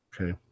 Okay